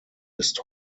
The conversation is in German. ist